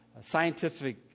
scientific